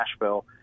Nashville –